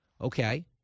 Okay